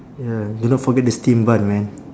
ya you don't forget the steam bun man